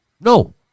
No